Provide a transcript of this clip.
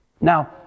Now